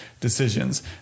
decisions